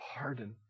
Pardon